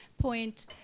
point